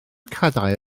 cadair